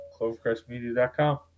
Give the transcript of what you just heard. CloverCrestMedia.com